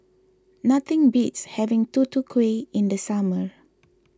nothing beats having Tutu Kueh in the summer